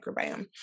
microbiome